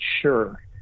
sure